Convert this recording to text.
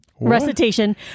recitation